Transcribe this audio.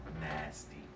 Nasty